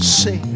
say